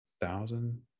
thousand